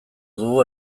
dugu